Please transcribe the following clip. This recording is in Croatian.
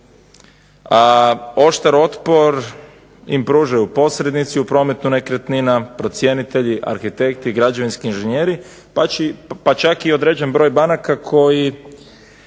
a oštar otpor im pružaju posrednici u prometu nekretnina, procjenitelji, arhitekti, građevinski inženjeri pa čak i određeni broj banaka koji